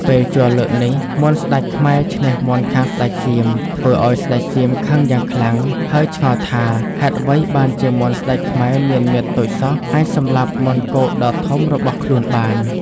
ពេលជល់លើកនេះមាន់ស្ដេចខ្មែរឈ្នះមាន់ខាងស្ដេចសៀម ធ្វើឲ្យស្ដេចសៀមខឹងយ៉ាងខ្លាំងហើយឆ្ងល់ថា ហេតុអ្វីបានជាមាន់ស្ដេចខ្មែរមានមាឌតូចសោះអាចសម្លាប់មាន់គកដ៏ធំរបស់ខ្លួនបាន។